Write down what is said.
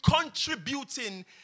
contributing